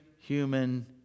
human